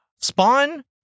Spawn